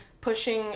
pushing